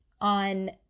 on